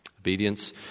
Obedience